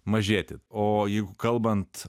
mažėti o jeigu kalbant